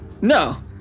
no